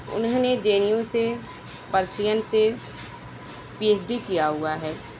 انہوں نے J N U سے پرشین سے پی ایچ ڈی کیا ہوا ہے